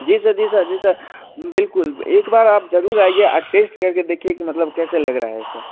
जी sir जी sir जी sir बिल्कुल एक बार आप ज़रूर आइए और टेस्ट कर के देखिए कि मतलब कैसा लग रहा है सर